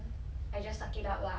草莓族就是这样